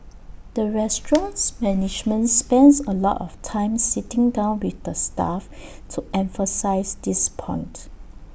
the restaurant's management spends A lot of time sitting down with the staff to emphasise this point